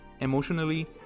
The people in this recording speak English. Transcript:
emotionally